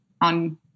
on